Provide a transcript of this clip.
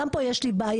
גם פה יש לי בעייתיות,